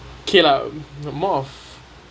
okay lah more of